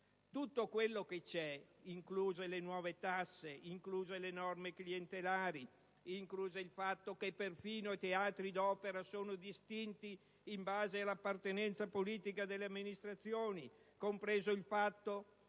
tutto quello che c'è, incluse le nuove tasse, incluse le norme clientelari, incluso il fatto che perfino i teatri dell'opera sono distinti in base all'appartenenza politica delle amministrazioni, compreso il fatto che